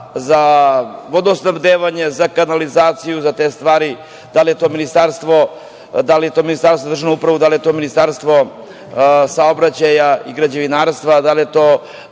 za vodosnabdevanje, za kanalizaciju, za te stvari, da li je to Ministarstvo za državnu upravu, da li je to Ministarstvo saobraćaja i građevinarstva, da li je to